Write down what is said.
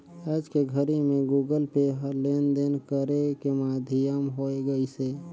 आयज के घरी मे गुगल पे ह लेन देन करे के माधियम होय गइसे